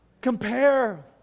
Compare